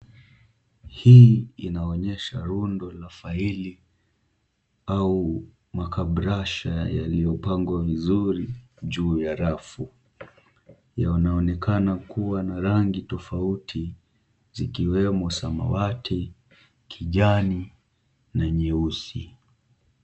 Hii inaonyesha rundu la faili au makabrasha yaliyopangwa vizuri juu ya rafu . Yanaonekana kuwa na rangi tofauti zikiwemo samawati, kijani na nyeusi.